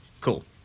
cool